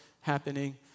happening